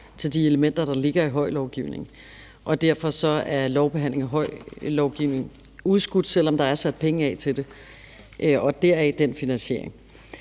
til de elementer, der ligger i HOI-lovgivningen, og derfor er lovbehandlingen af HOI-lovgivningen udskudt, selv om der er sat penge af til det. Deraf den finansiering.